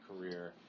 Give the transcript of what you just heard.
career